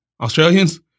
Australians